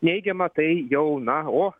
neigiamą tai jau na o